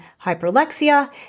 hyperlexia